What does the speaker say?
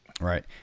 Right